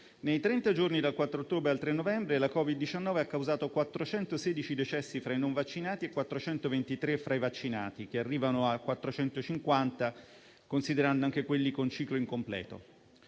che vanno dal 4 ottobre al 3 novembre la Covid-19 ha causato 416 decessi tra i non vaccinati e 423 tra i vaccinati, che arrivano a 450, considerando anche quelli con ciclo incompleto.